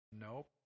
Nope